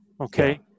Okay